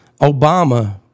Obama